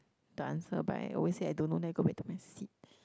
the answer but I always say I don't know then I go back to my seat